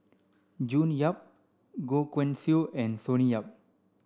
June Yap Goh Guan Siew and Sonny Yap